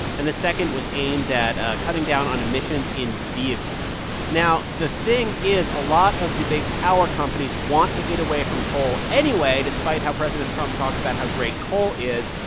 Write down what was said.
and the second was aimed at cutting down on emissions in vehicles now, the thing is a lot of the big power companies want to get away from coal anyway, despite how president trump talks about how great coal is.